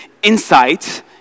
insight